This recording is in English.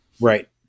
Right